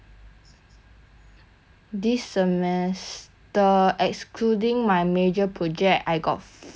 this semester excluding my major project I got four so far in total